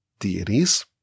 Deities